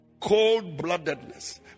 Cold-bloodedness